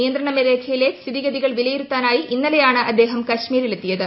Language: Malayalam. നിയന്ത്രണ രേഖയിലെ സ്ഥിതിഗതികൾ വിലയിരുത്താനായി ഇന്നലെയാണ് അദ്ദേഹം കശ്മീരിലെത്തിയത്